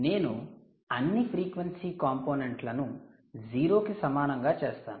నేను అన్ని ఫ్రీక్వెన్సీ కంపోనెంట్లను 0 కి సమానంగా చేస్తాను